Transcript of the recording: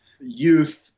youth